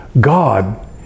God